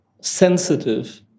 sensitive